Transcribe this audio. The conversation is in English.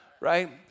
Right